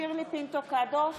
שירלי פינטו קדוש,